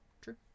True